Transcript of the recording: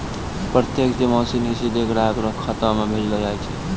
प्रत्यक्ष जमा सिनी सीधे ग्राहक रो खातो म भेजलो जाय छै